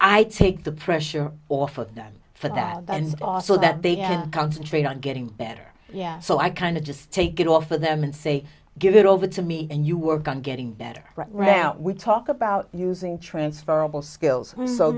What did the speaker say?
i take the pressure off of them for that and also that they can concentrate on getting better yeah so i kind of just take it off of them and say give it over to me and you work on getting better right now we talk about using transferable skills